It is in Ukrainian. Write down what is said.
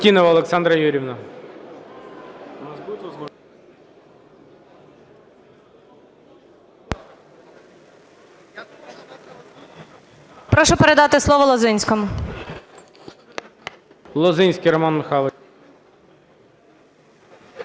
Прошу передати слово Лозинському.